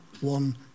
one